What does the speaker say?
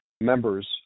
members